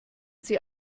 sie